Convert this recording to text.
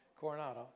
Coronado